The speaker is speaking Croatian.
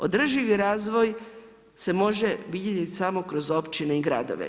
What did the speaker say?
Održivi razvoj se može vidjeti samo kroz općine i gradove.